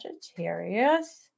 Sagittarius